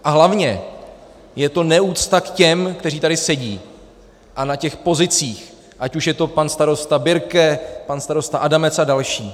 A hlavně je to neúcta k těm, kteří tady sedí, a na těch pozicích, ať už je to pan starosta Birke, pan starosta Adamec a další.